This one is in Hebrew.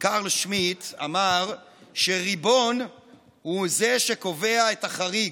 קרל שמיט, אמר שריבון הוא זה שקובע את החריג,